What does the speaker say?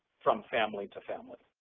from family to family.